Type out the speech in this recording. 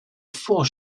four